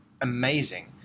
amazing